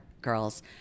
girls